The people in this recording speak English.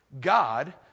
God